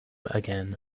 again